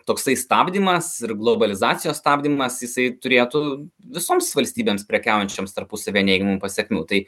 toksai stabdymas ir globalizacijos stabdymas jisai turėtų visoms valstybėms prekiaujančioms tarpusavyje neigiamų pasekmių tai